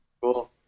Cool